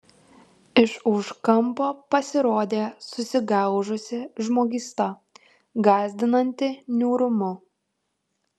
iš už kampo pasirodė susigaužusi žmogysta gąsdinanti niūrumu